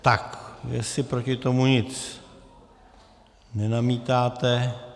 Tak jestli proti tomu nic nenamítáte...